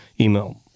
email